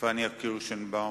פניה קירשנבאום,